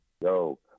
Yo